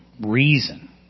reason